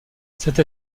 cette